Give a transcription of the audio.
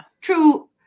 True